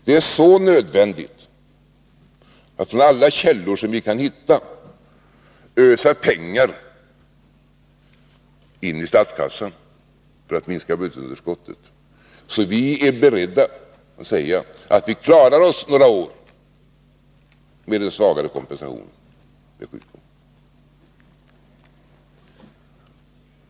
Det är så nödvändigt att vi ur alla källor vi kan hitta öser pengar in i statskassan för att minska budgetunderskottet. Vi är därför beredda att säga att vi klarar oss några år med en lägre kompensation vid sjukdom.